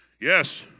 Yes